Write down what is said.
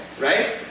right